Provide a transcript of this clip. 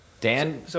Dan